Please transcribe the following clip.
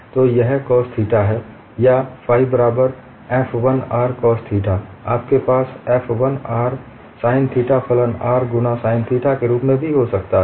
तो यह cos theta है या फाइ बराबर f 1 r cos थीटा आपके पास f 1 r sin थीटा फलन r गुणा sin थीटा के रूप में भी हो सकता है